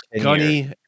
Gunny